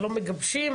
לא מגבשים,